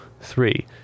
three